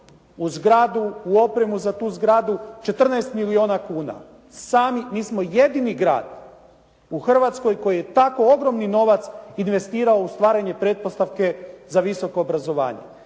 u opremu za tu zgradu 14 milijuna kuna sami. Mi smo jedini grad u Hrvatskoj koji je tako ogromni novac investirao u stvaranje pretpostavke za visoko obrazovanje.